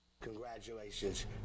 Congratulations